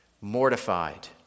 mortified